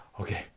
okay